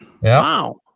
Wow